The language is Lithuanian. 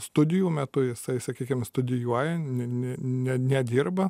studijų metu jisai sakykim studijuoja ne ne nedirba